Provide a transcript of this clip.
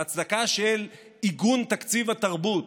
ההצדקה של עיגון תקציב התרבות